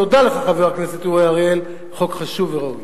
תודה לך, חבר הכנסת אורי אריאל, חוק חשוב וראוי.